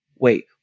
Wait